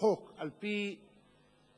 חוק על-פי